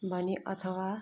भने अथवा